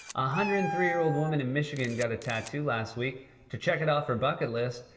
ah hundred and three year old woman in michigan got a tattoo last week to check it off her bucket list.